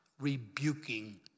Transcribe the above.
rebuking